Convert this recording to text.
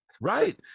Right